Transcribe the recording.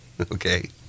Okay